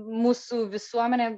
mūsų visuomenė